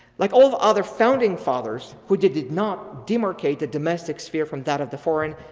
like all the other founding fathers who did did not demarcate the domestics fear from that of the foreign,